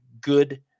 good